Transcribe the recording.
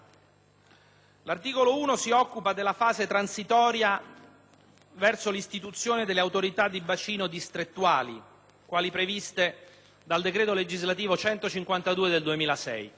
L'articolo l si occupa della fase transitoria verso l'istituzione delle Autorità di bacino distrettuale, quali previste dal decreto legislativo n. 152 del 2006;